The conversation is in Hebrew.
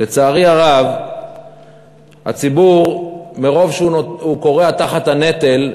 לצערי הרב, הציבור, מרוב שהוא כורע תחת הנטל,